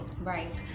right